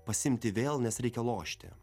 pasimti vėl nes reikia lošti